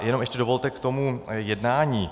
Jenom ještě dovolte k tomu jednání.